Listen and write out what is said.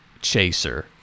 chaser